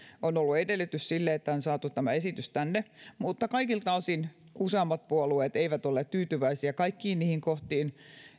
on ollut edellytys sille että on saatu tämä esitys tänne mutta kaikilta osin useammat puolueet eivät olleet tyytyväisiä kaikkiin niihin kohtiin